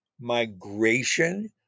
migration